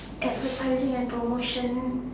advertising and promotion